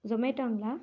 ஜொமேட்டோங்களா